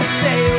say